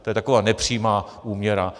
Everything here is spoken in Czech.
To je taková nepřímá úměra.